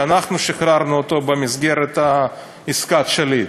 שאנחנו שחררנו אותו במסגרת עסקת שליט.